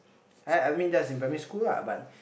I I mean that's in primary school lah but